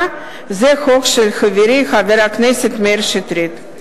זה חוק של חברי חבר הכנסת מאיר שטרית.